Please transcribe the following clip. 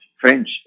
French